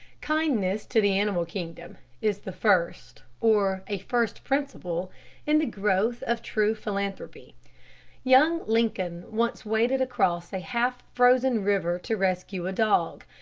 kindness to the animal kingdom is the first, or a first principle in the growth of true philanthropy young lincoln once waded across a half-frozen river to rescue a dog,